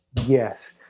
Yes